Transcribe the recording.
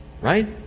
right